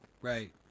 right